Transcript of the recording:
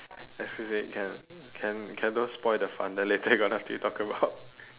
excuse me can can can don't spoil the fun then later you got nothing to talk about